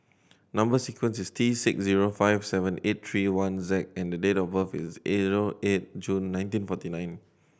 number sequence is T six zero five seven eight three one Z and date of birth is eight June nineteen forty nine